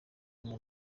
amwe